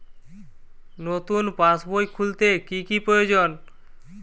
নতুন পাশবই খুলতে কি কি প্রয়োজন?